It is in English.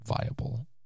viable